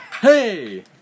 Hey